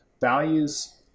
values